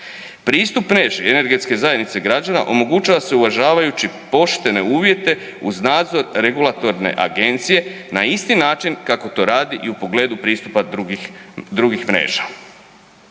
Pristup mreži energetske zajednice građana omogućava se uvažavajući poštene uvjete uz nadzor regulatorne agencije na isti način kako to radi i u pogledu pristupa drugih mreža.